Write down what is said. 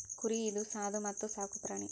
ಕುರಿ ಇದು ಸಾದು ಮತ್ತ ಸಾಕು ಪ್ರಾಣಿ